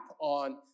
on